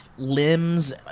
limbs